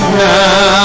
now